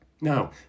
Now